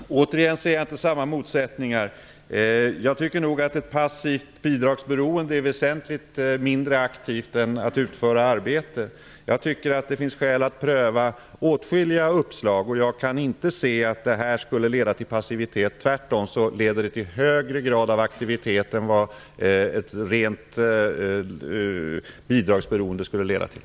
Herr talman! Återigen ser jag inte samma motsättningar. Jag tycker nog att ett passivt bidragsberoende är väsentligt mindre aktivt än att utföra arbete. Det finns skäl att pröva åtskilliga uppslag. Jag kan inte se att detta skulle leda till passivitet. Tvärtom leder det till en högre grad av aktivitet än vad ett rent bidragsberoende skulle leda till.